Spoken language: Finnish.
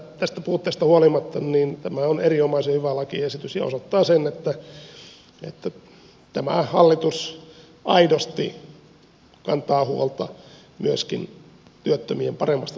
tästä puutteesta huolimatta tämä on erinomaisen hyvä lakiesitys ja osoittaa sen että tämä hallitus aidosti kantaa huolta myöskin työttömien paremmasta toimeentulosta